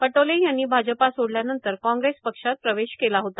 पटोले यांनी भाजपा सोडल्यानंतर काँग्रेस पक्षात प्रवेश केला होता